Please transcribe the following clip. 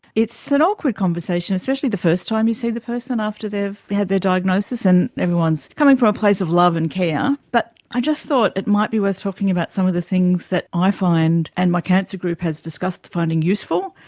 it's an awkward conversation, especially the first time you see the person after they have had their diagnosis, and everyone is coming from a place of love and care, but i just thought it might be worth talking about some of the things that i find and my cancer group has discussed finding useful,